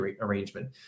arrangement